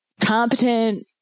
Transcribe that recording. competent